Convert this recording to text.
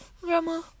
grandma